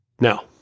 Now